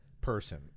person